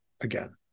again